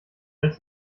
als